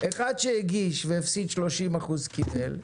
אחד שהגיש והפסיד 30% קיבל,